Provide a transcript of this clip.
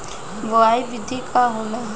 बुआई विधि का होला?